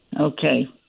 Okay